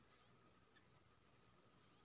Statement केना मिलते?